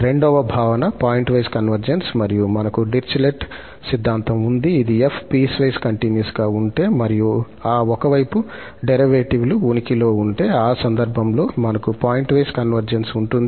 రెండవ భావన pointwise convergence మరియు మనకు డిరిచ్లెట్ సిద్ధాంతం ఉంది ఇది 𝑓 పీస్ వైస్ కంటిన్యూస్ గా ఉంటే మరియు ఆ ఒక వైపు డెరివేటివ్ లు ఉనికి లో ఉంటే ఆ సందర్భంలో మనకు పాయింట్వైస్ కన్వర్జెన్స్ ఉంటుంది